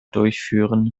durchführen